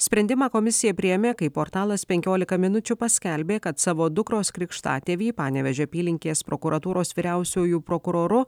sprendimą komisija priėmė kai portalas penkiolika minučių paskelbė kad savo dukros krikštatėvį panevėžio apylinkės prokuratūros vyriausiuoju prokuroru